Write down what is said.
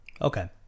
Okay